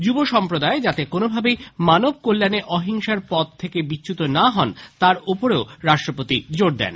যুব সম্প্রদায় যাতে কোনোভাবেই মানব কল্যাণে অহিংসার পথ থেকে বিচ্যুত না হন তার ওপরেও রাষ্ট্রপতি জোর দেন